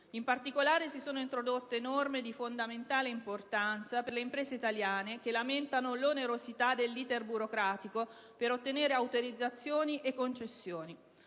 In particolare, si sono introdotte norme di fondamentale importanza per le imprese italiane, che lamentano l'onerosità dell'*iter* burocratico per ottenere autorizzazioni e concessioni.